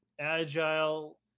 agile